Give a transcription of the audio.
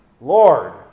Lord